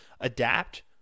Adapt